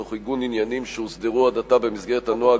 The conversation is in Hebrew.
תוך עיגון עניינים שהוסדרו עד כה במסגרת הנוהג